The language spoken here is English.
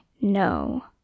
no